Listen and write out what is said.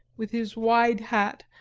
with his wide hat,